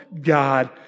God